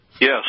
Yes